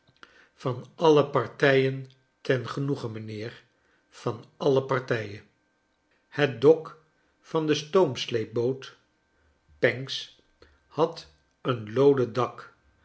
van alle partijen ten genoege mijnheer van alle partijen het dok van de stoomsleepboot pancks had een looden dak